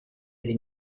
sie